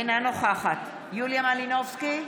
אינה נוכחת יוליה מלינובסקי,